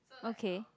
okay